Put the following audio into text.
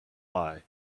eye